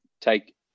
take